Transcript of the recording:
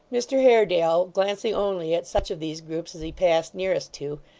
mr haredale, glancing only at such of these groups as he passed nearest to,